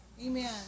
Amen